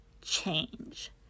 change